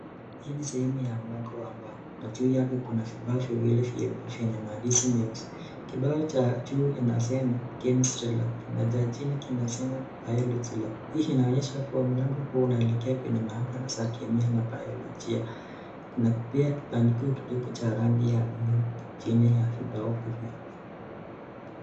Hii ni sehemu ya mlango wa mbao na juu yake kuna vibao viwili vyeupe vyenye mandishi meusi. Kibao cha juu inasema Chemistry Lab na cha chini kinasema Biology Lab. Hii inaonyesha kuwa mlango huu unaelekea kwenye maabara za kemia na bayolojia. Kuna pia kibandiko kidogo cha rangi ya buluu chini ya vibao hivyo.